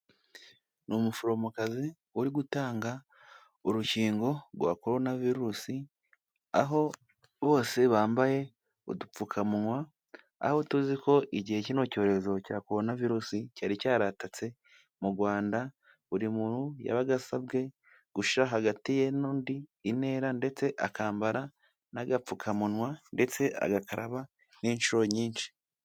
Ni umuforomokazi uri gutanga urukingo rwa korona virusi aho bose bambaye udupfukamunwa aho tuzi ko igihe kino cyorezo cya korona virusi cyari cyaratatse mu Rwanda, buri muntu yabaga asabwe gushira hagati ye n'undi intera ndetse akambara n'agapfukamunwa ndetse agakaraba n'inshuro nyinshi.